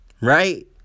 Right